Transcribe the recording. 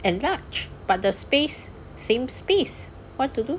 enlarge but the space same space what to do